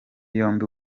yombi